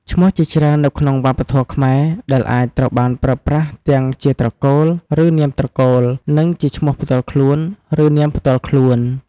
ឈ្មោះជាច្រើននៅក្នុងវប្បធម៌ខ្មែរ ដែលអាចត្រូវបានប្រើប្រាស់ទាំងជា ត្រកូល ឬ នាមត្រកូល និង ជាឈ្មោះផ្ទាល់ខ្លួន ឬនាមផ្ទាល់ខ្លួន។